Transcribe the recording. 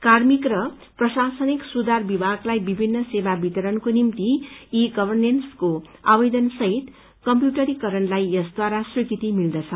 कार्मिक र प्रशासनिक सुधार विभागलाई विभिन्न सेवा वितरणको निम्ति ई गवरनेन्सको आवेदनसहित कम्प्यूटरीकरणलाई यसबाट मंजूरी मिल्दछ